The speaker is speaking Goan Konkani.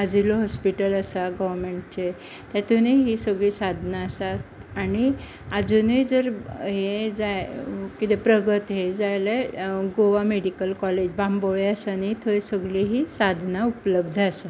आजिलो हाॅस्पिटल आसा गोवर्मेंटचें तेतुनूय हीं सगलीं साधनां आसात आनी आजुनूय जर हें जाय किदें प्रगत हें जाय जाल्यार गोवा मेडिकल काॅलेज बांबोळे आसा न्ही थंय सगळीं ही साधनां उपलब्द आसात